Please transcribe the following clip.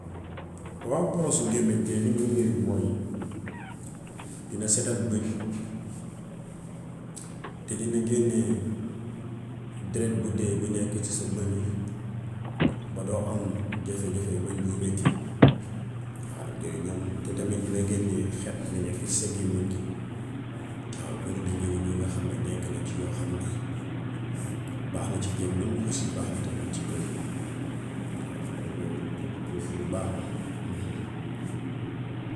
Waaw boroosu gémmañ de li muy jariñ mooy dina setal bëñ, te dina génne deret bu dee bi nekk ci sa bëñ yi ba doo am jafe-jafe bëñ buy metti. Waa ngay ñam, te tamit dina génne xet bu nekk ci sa gémmañ gi. Waaw barina njariñ yi nga xam ne nekk na ci yoo xam ne baax na ci gémmañ aussi tam baax na ci bëñ waaw loolu moom lu lu baax la.